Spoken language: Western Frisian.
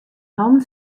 hannen